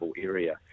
area